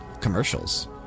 commercials